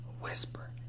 whisper